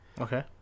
Okay